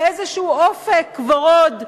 באיזה אופק ורוד,